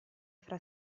fra